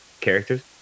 characters